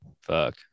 Fuck